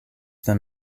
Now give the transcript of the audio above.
them